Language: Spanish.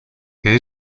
que